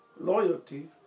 Loyalty